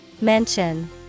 Mention